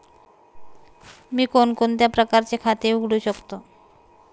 मी कोणकोणत्या प्रकारचे खाते उघडू शकतो?